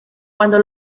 cuando